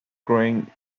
growing